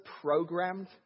programmed